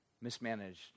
mismanaged